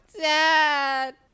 Dad